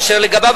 אשר לגביו,